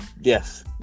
Yes